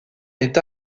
est